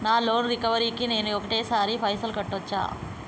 నా loan recovery కి నేను ఒకటేసరి పైసల్ కట్టొచ్చా?